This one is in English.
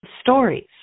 stories